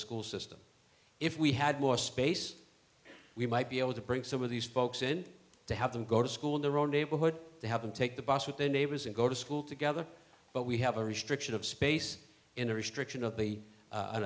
school system if we had more space we might be able to bring some of these folks in to have them go to school in their own neighborhood to have them take the bus with their neighbors and go to school together but we have a restriction of space in the restriction of the